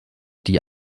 die